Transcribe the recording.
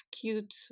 cute